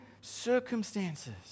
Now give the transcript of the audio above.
circumstances